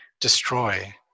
destroy